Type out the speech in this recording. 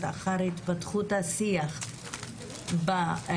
אחר התפתחות השיח בנושא.